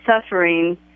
suffering